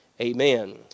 Amen